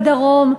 בדרום,